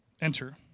enter